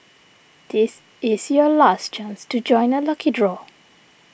this is your last chance to join the lucky draw